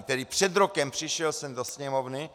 Tedy před rokem přišel sem do Sněmovny.